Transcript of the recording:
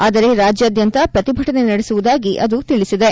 ಆದರೆ ರಾಜ್ಯಾದ್ಯಂತ ಪ್ರತಿಭಟನೆ ನಡೆಸುವುದಾಗಿ ಅದು ತಿಳಿಸಿದೆ